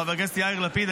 חבר הכנסת יאיר לפיד.